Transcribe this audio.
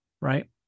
right